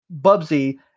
Bubsy